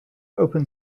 open